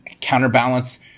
counterbalance